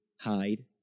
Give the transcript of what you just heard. hide